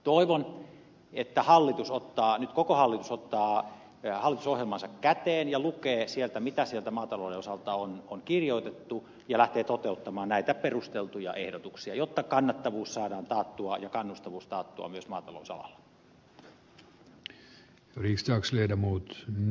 toivon että nyt koko hallitus ottaa hallitusohjelmansa käteen ja lukee sieltä mitä siellä maatalouden osalta on kirjoitettu ja lähtee toteuttamaan näitä perusteltuja ehdotuksia jotta kannattavuus ja kannustavuus saadaan taattua myös maatalousalalla